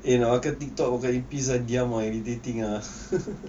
eh nak pakai tiktok pakai earpiece ah diam ah irritating ah